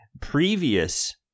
previous